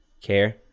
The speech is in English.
care